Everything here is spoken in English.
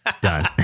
done